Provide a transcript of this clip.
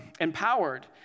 empowered